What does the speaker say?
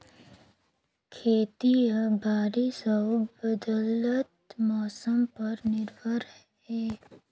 खेती ह बारिश अऊ बदलत मौसम पर निर्भर हे